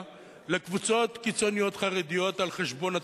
לקבוצות קיצוניות חרדיות על חשבון התושבים?